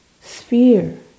sphere